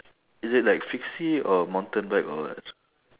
is it like fixie or mountain bike or what